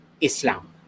Islam